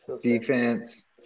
defense